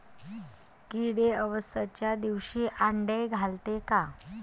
किडे अवसच्या दिवशी आंडे घालते का?